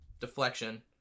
deflection